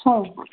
ꯍꯥꯎ